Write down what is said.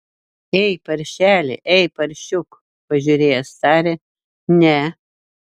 ei paršeli ei paršiuk pažiūrėjęs tarė ne